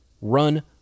run